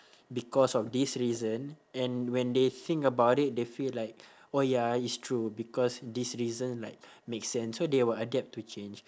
because of this reason and when they think about it they feel like oh ya it's true because this reason like make sense so they will adapt to change